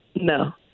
No